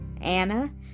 anna